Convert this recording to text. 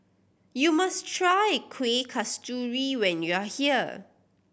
you must try Kuih Kasturi when you are here